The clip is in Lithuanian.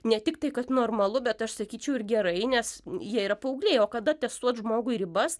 ne tik tai kad normalu bet aš sakyčiau ir gerai nes jie yra paaugliai o kada testuot žmogui ribas